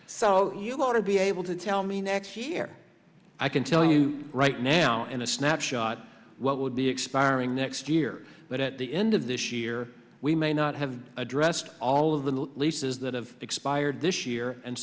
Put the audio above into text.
so you want to be able to tell me next year i can tell you right now in a snapshot what would be expiring next year but at the end of this year we may not have addressed all of the new leases that have expired this year and